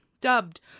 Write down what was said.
Dubbed